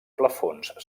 plafons